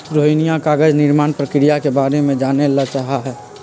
रोहिणीया कागज निर्माण प्रक्रिया के बारे में जाने ला चाहा हई